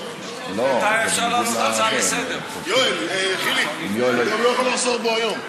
אני רוצה לדעת אם הוא הסכים לזה או לא.